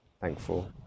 thankful